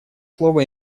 слово